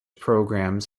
programmes